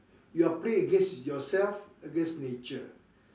you are play against yourself against nature